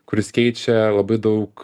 kuris keičia labai daug